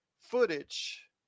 footage